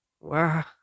Wow